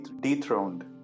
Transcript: dethroned